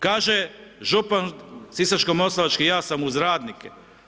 Kaže župan Sisačko-moslavački ja sam uz radnike.